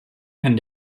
kann